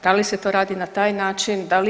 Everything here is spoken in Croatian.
Da li se to radi na taj način, da li